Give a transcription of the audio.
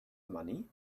money